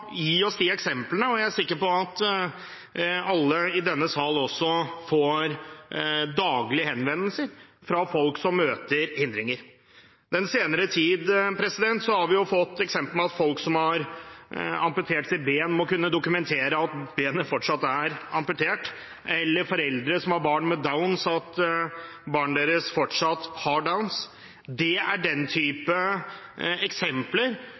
gi oss de eksemplene, og jeg er sikker på at alle i denne sal også daglig får henvendelser fra folk som møter hindringer. Den senere tid har vi jo fått eksempler på at folk som har amputert sitt ben, må kunne dokumentere at benet fortsatt er amputert – eller foreldre som har barn med Downs syndrom, at barnet deres fortsatt har downs. Det er den type eksempler